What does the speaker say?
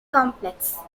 complex